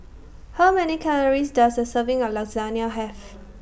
How Many Calories Does A Serving of Lasagne Have